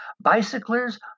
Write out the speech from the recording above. bicyclers